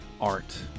art